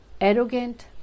arrogant